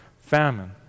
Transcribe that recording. famine